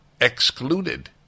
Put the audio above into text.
excluded